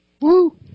Woo